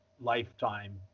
lifetime